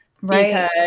Right